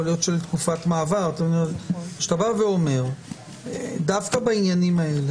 יכול להיות לתקופת מעבר שדווקא בעניינים האלה,